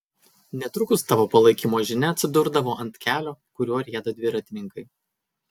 netrukus tavo palaikymo žinia atsidurdavo ant kelio kuriuo rieda dviratininkai